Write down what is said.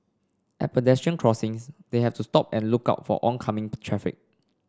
at pedestrian crossings they have to stop and look out for oncoming traffic